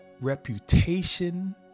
reputation